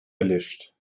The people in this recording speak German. erlischt